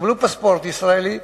יקבלו פספורט ישראלי,